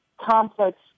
complex